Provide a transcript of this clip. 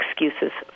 excuses